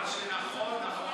מה שנכון נכון.